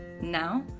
Now